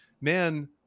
man